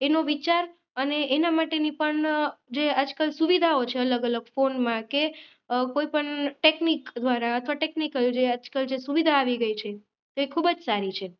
એનો વિચાર અને એના માટેની પણ જે આજકાલ સુવિધાઓ છે અલગ અલગ ફોનમાં કે કોઈપણ ટેકનિક દ્વારા અથવા ટેક્નિકલ આજકાલ જે સુવિધા આવી ગઈ છે એ ખૂબ જ સારી છે